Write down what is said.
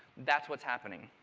that's what's happening.